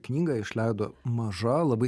knygą išleido maža labai